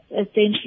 essentially